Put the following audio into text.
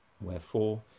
Wherefore